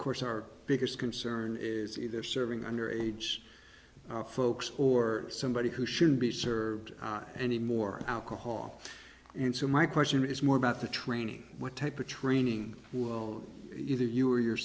course our biggest concern is either serving under age folks or somebody who shouldn't be served any more alcohol and so my question is more about the training what type or training will either you or your